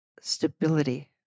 stability